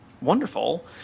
wonderful